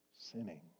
sinning